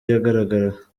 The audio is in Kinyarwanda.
yagaragaraga